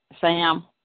Sam